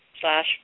slash